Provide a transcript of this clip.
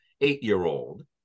eight-year-old